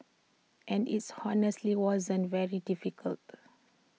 and its honestly wasn't very difficult